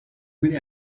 been